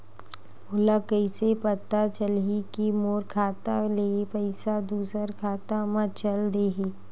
मोला कइसे पता चलही कि मोर खाता ले पईसा दूसरा खाता मा चल देहे?